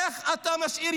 איך אתה משאיר ילדים,